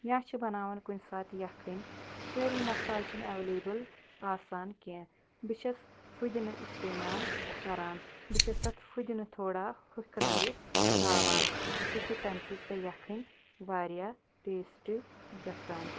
یا چھِ بناوان کُنہ ساتہٕ یَکھنۍ سٲری مَصالہٕ چھِنہٕ ایٚولیبٕل آسان کیٚنٛہہ بہٕ چھیٚس فٕدنہٕ استعمال کران بہٕ چھیٚس تتھ فٕدنہٕ تھوڑا ہکھرٲیِتھ ترٛاوان تہٕ سُہ چھ تَمہِ سۭتۍ سۄ یَکھٕنۍ واریاہ ٹیسٹہٕ گَژھان